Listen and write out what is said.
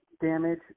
damage